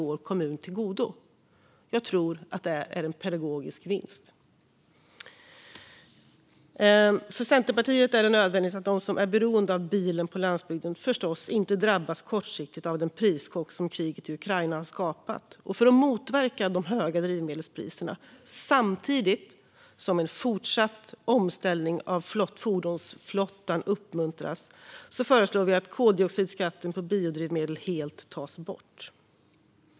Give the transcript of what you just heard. För Centerpartiet är det nödvändigt att de som är beroende av bilen på landsbygden inte drabbas kortsiktigt av den prischock som kriget i Ukraina har skapat. För att motverka de höga drivmedelspriserna, samtidigt som en fortsatt omställning av fordonsflottan uppmuntras, föreslår vi att koldioxidskatten på biodrivmedel helt tas bort.